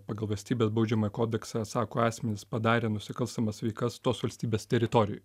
pagal valstybės baudžiamąjį kodeksą sako asmenys padarę nusikalstamas veikas tos valstybės teritorijoj